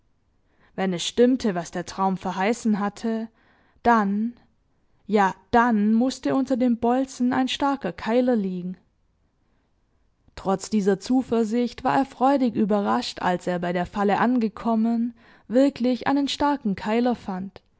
wenn es stimmte was der traum verheißen hatte dann ja dann mußte unter dem bolzen ein starker keiler liegen trotz dieser zuversicht war er freudig überrascht als er bei der falle angekommen wirklich einen starken keiler fand